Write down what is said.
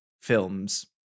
films